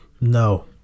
No